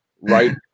Right